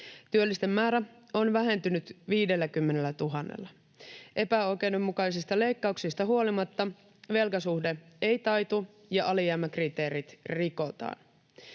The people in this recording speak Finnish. Työllisten määrä on vähentynyt 50 000:lla. Epäoikeudenmukaisista leikkauksista huolimatta velkasuhde ei taitu ja alijäämäkriteerit rikotaan.